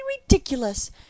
ridiculous